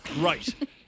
Right